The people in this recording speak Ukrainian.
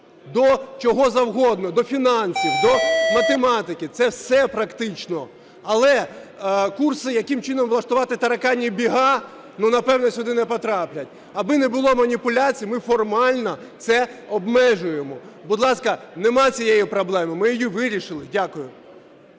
до чого завгодно, до фінансів, до математики, це все практично. Але курси, яким чином влаштувати "тараканьи бега", напевно, сюди не потраплять. Аби не було маніпуляцій, ми формально це обмежуємо. Будь ласка, немає цієї проблеми, ми її вирішили. Дякую.